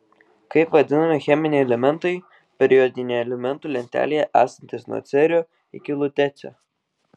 kaip vadinami cheminiai elementai periodinėje elementų lentelėje esantys nuo cerio iki lutecio